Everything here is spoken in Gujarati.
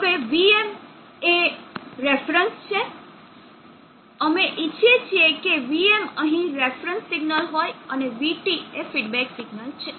હવે vm એ રેફરન્સ છે અમે ઇચ્છીએ છીએ કે વીએમ અહીં રેફરન્સ સિગ્નલ હોય અને vT એ ફીડબેક સિગ્નલ છે